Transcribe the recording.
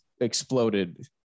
exploded